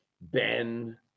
Ben